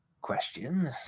questions